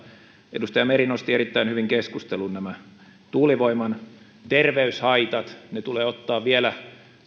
edustaja meri nosti erittäin hyvin keskusteluun nämä tuulivoiman terveyshaitat ne tulee ottaa vielä